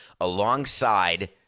alongside